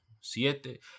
Siete